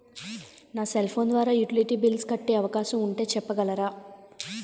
నా cell phone ద్వారా utility bills కట్టే అవకాశం ఉంటే చెప్పగలరా?